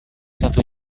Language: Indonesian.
satu